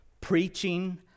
Preaching